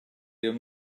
your